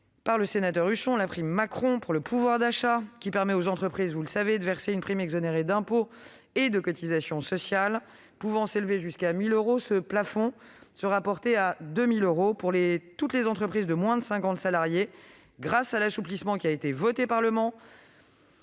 renouvelons la prime « Macron » pour le pouvoir d'achat, qui permet aux entreprises de verser une prime exonérée d'impôts et de cotisations sociales pouvant s'élever jusqu'à 1 000 euros. Ce plafond sera porté à 2 000 euros pour toutes les entreprises de moins de cinquante salariés, grâce à l'assouplissement voté par le